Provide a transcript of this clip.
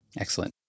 Excellent